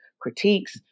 critiques